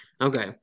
Okay